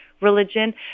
religion